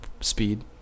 speed